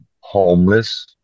homeless